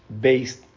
based